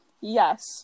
yes